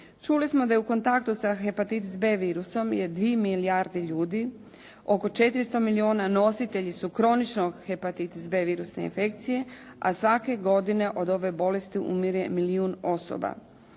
Čuli smo da je u kontaktu sa hepatitis B virusom je 2 milijarde ljudi, oko 400 milijuna nositelji su kroničnog hepatitis B virusne infekcije a svake godine od ove bolesti umire milijun osoba.